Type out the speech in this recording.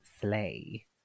slay